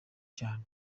cyane